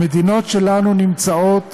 המדינות שלנו נמצאות